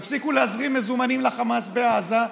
תפסיקו להזרים מזומנים לחמאס בעזה,